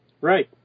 Right